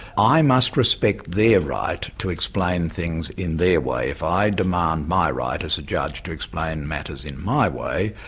i must respect their right to explain things in their way. if i demand my right as a judge to explain matters in my way,